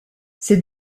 ses